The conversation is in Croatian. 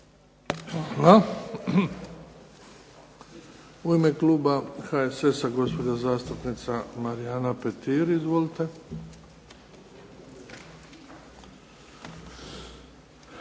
Hvala. U ime kluba HSS-a, gospođa zastupnica Marijana Petir. Izvolite.